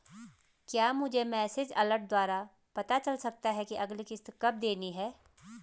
क्या मुझे message alert द्वारा पता चल सकता कि अगली किश्त कब देनी है?